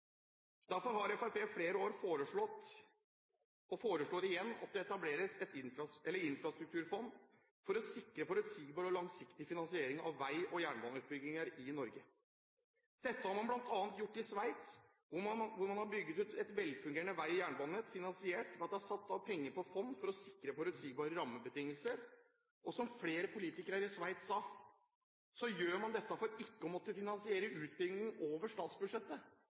Derfor har Fremskrittspartiet i flere år foreslått, og foreslår igjen, at det etableres et infrastrukturfond for å sikre forutsigbar og langsiktig finansiering av vei- og jernbaneutbygginger i Norge. Dette har man bl.a. gjort i Sveits. Der har man bygget ut et velfungerende vei- og jernbanenett finansiert ved at det er satt av penger på fond for å sikre forutsigbare rammebetingelser. Som flere politikere i Sveits sa, gjør man dette for ikke å måtte finansiere utbygging over statsbudsjettet,